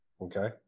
okay